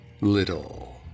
little